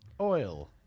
oil